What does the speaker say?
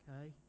Okay